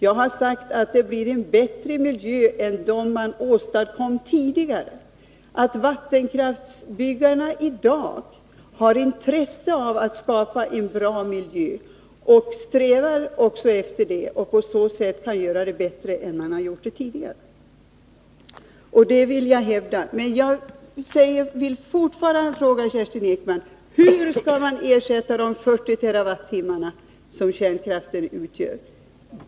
Jag har sagt att det blir en bättre miljö än den man tidigare åstadkom. Vattenkraftsutbyggarna har i dag intresse av och strävar efter att skapa en bra miljö. Därigenom kan utbyggnaden miljömässigt göras bättre än tidigare. Jag vill fortfarande fråga Kerstin Ekman: Hur skall ni ersätta de 40 TWh som kärkraften utgör?